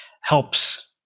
helps